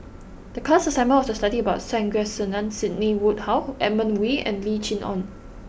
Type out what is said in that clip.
the class assignment was to study about Sandrasegaran Sidney Woodhull Edmund Wee and Lim Chee Onn